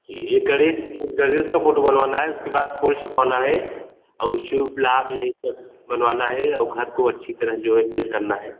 जि एक गणेश एक गणेश का फोटो बनवाना है उसके बाद फूल छपवाना है और शुभ लाभ यही सब बनवाना है और घर को अच्छी तरह से जो है पेंट करना है